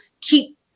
keep